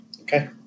Okay